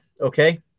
Okay